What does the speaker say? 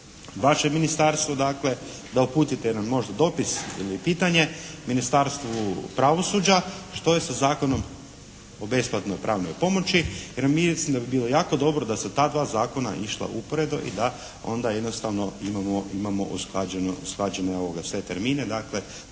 vašem ministarstvu dakle da uputite jedan možda dopis ili pitanje Ministarstvu pravosuđa što je sa Zakonom o besplatnoj pravnoj pomoći jer ja mislim da bi bilo jako dobro da su ta dva zakona išla u …/Govornik se ne razumije./… i da onda jednostavno imamo usklađene sve termine dakle